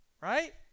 Right